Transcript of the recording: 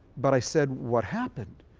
but i said what happened?